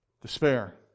Despair